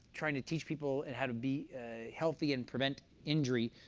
trying to teach people and how to be healthy and prevent injury.